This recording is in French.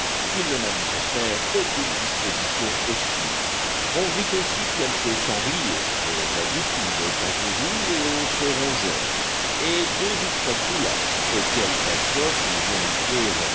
ils ne manifestèrent aucune disposition hostile on vit aussi quelques sangliers des agoutis des kangourous et autres rongeurs et deux ou trois koulas auxquels pencroff eût volontiers